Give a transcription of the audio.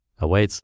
awaits